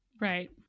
Right